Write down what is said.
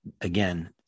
again